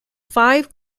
five